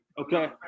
Okay